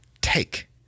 take